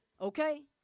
Okay